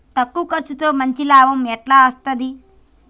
తక్కువ కర్సుతో మంచి లాభం ఎట్ల అస్తది?